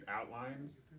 outlines